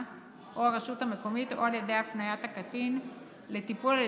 או הרשות המקומית או על ידי הפניית הקטין לטיפול על